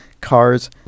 Cars